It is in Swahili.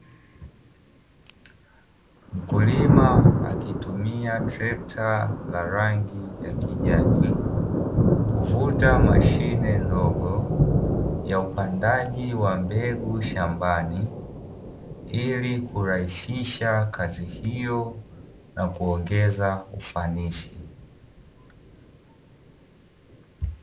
Mkulima akitumia trekta la rangi ya kijani, kuvuta mashine ndogo ya upandaji wa mbegu shambani. Ili kurahisisha kazi hiyo na kuongeza ufanisi.